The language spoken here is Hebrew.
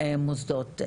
המוסדות.